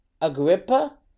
Agrippa